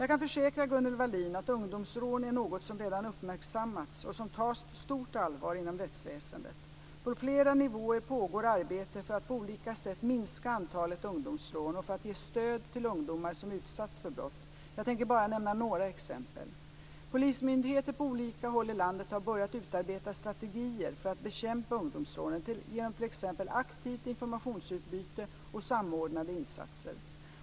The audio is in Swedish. Jag kan försäkra Gunnel Wallin att ungdomsrån är något som redan uppmärksammats och som tas på stort allvar inom rättsväsendet. På flera nivåer pågår arbete för att på olika sätt minska antalet ungdomsrån och för att ge stöd till ungdomar som utsatts för brott. Jag tänker bara nämna några exempel. Polismyndigheter på olika håll i landet har börjat utarbeta strategier för att bekämpa ungdomsrånen, genom t.ex. aktivt informationsutbyte och samordnade insatser.